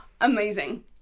Amazing